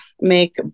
make